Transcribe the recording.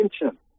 attention